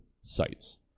sites